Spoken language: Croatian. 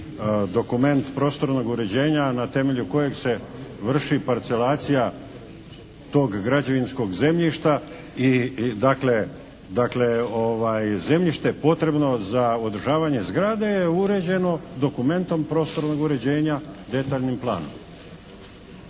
dokument prostornog uređenja na temelju kojeg se vrši parcelacija tog građevinskog zemljišta i dakle zemljište potrebno za održavanje zgrade je uređeno dokumentom prostornog uređenja detaljnim planom.